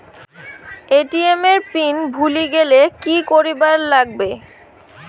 ATM এর pin ভুলি গেলে কি করিবার লাগবে?